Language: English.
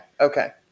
okay